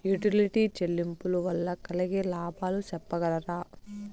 Utility చెల్లింపులు వల్ల కలిగే లాభాలు సెప్పగలరా?